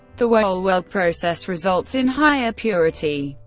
the wohlwill process results in higher purity,